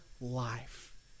life